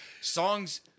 Songs